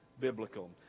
biblical